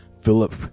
Philip